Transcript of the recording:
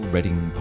Reading